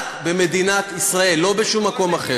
רק במדינת ישראל, לא בשום מקום אחר.